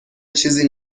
چیزی